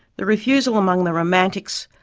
the refusal among the romantics,